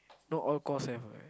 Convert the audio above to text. not all course have what